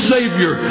Savior